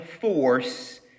force